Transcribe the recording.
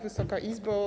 Wysoka Izbo!